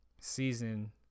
season